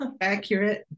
accurate